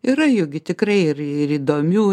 yra juk gi tikrai ir ir įdomių